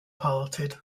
parted